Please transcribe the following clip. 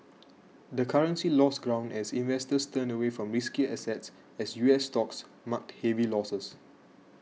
the currency lost ground as investors turned away from riskier assets as US stocks marked heavy losses